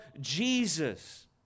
Jesus